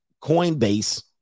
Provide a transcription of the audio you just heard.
Coinbase